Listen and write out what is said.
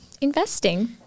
investing